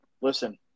Listen